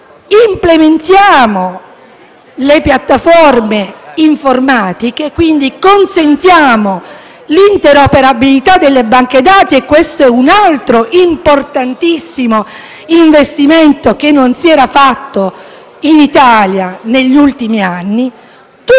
implementiamo le piattaforme informatiche, quindi consentiamo l'interoperabilità delle banche dati, e questo è un altro importantissimo investimento che non si era fatto in Italia negli ultimi anni.